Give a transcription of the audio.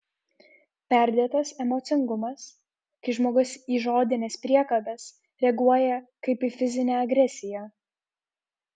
perdėtas emocingumas kai žmogus į žodines priekabes reaguoja kaip į fizinę agresiją